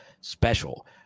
special